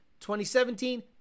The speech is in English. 2017